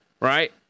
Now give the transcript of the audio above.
right